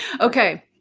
Okay